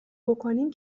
بکنیم